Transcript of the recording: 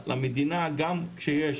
למדינה, גם כשיש